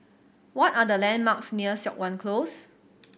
what are the landmarks near Siok Wan Close